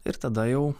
ir tada jau